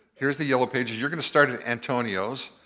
here's the yellow pages, you're gonna start at antonio's,